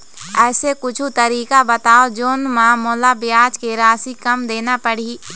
ऐसे कुछू तरीका बताव जोन म मोला ब्याज के राशि कम देना पड़े?